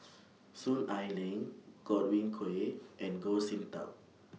Soon Ai Ling Godwin Koay and Goh Sin Tub